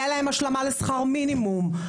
היה להן השלמה לשכר מינימום,